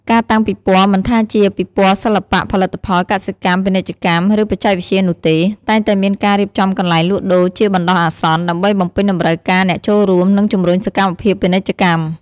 ការតាំងពិព័រណ៍ មិនថាជាពិព័រណ៍សិល្បៈ ផលិតផល កសិកម្ម ពាណិជ្ជកម្ម ឬបច្ចេកវិទ្យានោះទេ តែងតែមានការរៀបចំកន្លែងលក់ដូរជាបណ្ដោះអាសន្ន ដើម្បីបំពេញតម្រូវការអ្នកចូលរួម និងជំរុញសកម្មភាពពាណិជ្ជកម្ម។